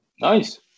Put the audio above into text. nice